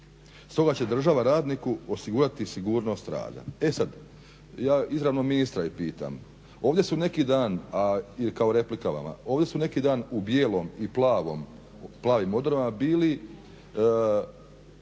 Ova će država radniku osigurati sigurnost rada. E sad, ja izravno ministra i pitam, ovdje su neki dan, kao replika vama, ovdje su neki dan u bijelom i plavim odorama bili zdravstveni